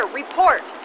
report